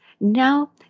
now